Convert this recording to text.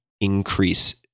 increase